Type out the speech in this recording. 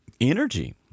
energy